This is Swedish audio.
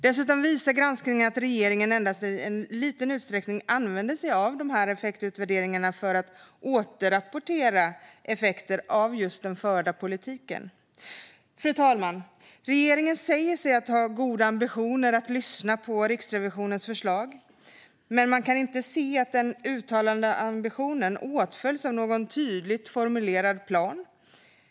Dessutom visar granskningen att regeringen endast i liten utsträckning använder sig av effektutvärderingarna för att återrapportera effekter av den förda politiken. Fru talman! Regeringen säger sig ha goda ambitioner att lyssna på Riksrevisionens förslag, men man kan inte se att denna uttalade ambition åtföljs av någon tydligt formulerad plan.